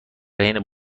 حین